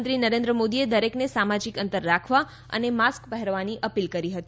પ્રધાનમંત્રી નરેન્દ્ર મોદીએ દરેકને સામાજિક અંતર રાખવા અને માસ્ક પહેરવાની અપીલ કરી હતી